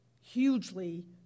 hugely